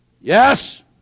Yes